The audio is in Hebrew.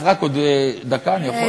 אז רק עוד דקה, אני יכול?